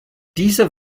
diese